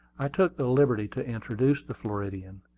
i took the liberty to introduce the floridian.